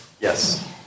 Yes